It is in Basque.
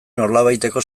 nolabaiteko